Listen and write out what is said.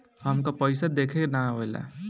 हमका पइसा देखे ना आवेला?